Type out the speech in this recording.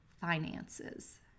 finances